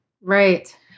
Right